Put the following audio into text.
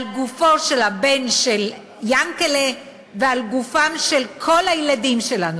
על גופו של הבן של יענקל'ה ועל גופם של כל הילדים שלנו.